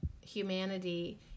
humanity